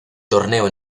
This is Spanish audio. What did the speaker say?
torneo